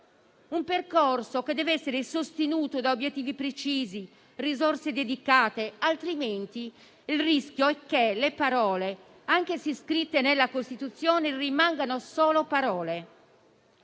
percorso dev'essere sostenuto da obiettivi precisi e risorse dedicate, altrimenti il rischio è che le parole, anche se scritte nella Costituzione, rimangano solo tali.